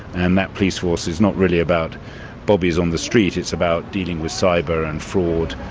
and that police force is not really about bobbies on the street. it's about dealing with cyber and fraud,